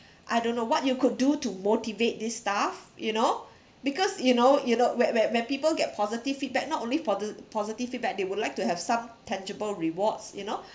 I don't know what you could do to motivate this staff you know because you know you know whe~ whe~ when people get positive feedback not only for the positive feedback they would like to have some tangible rewards you know